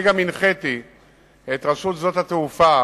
אני גם הנחיתי את רשות שדות התעופה,